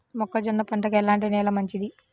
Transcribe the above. మొక్క జొన్న పంటకు ఎలాంటి నేల మంచిది?